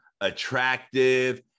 attractive